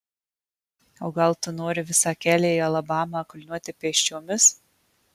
o gal tu nori visą kelią į alabamą kulniuoti pėsčiomis